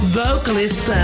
vocalist